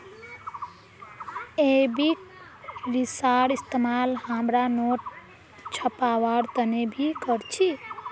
एबेक रेशार इस्तेमाल हमरा नोट छपवार तने भी कर छी